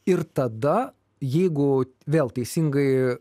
ir tada jeigu vėl teisingai